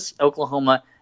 Oklahoma